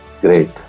great